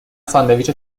ساندویچ